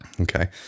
okay